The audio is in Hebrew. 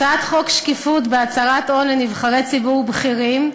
הצעת חוק שקיפות בהצהרת הון לנבחרי ציבור בכירים,